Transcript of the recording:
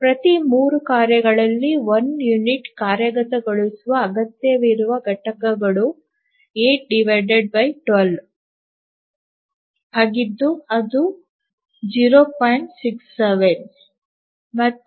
ಪ್ರತಿ 3 ಕಾರ್ಯಗಳಿಗೆ 1 ಯುನಿಟ್ ಕಾರ್ಯಗತಗೊಳಿಸುವ ಅಗತ್ಯವಿರುವ ಘಟಕಗಳು 812 ಆಗಿದ್ದು ಅದು 0